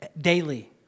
daily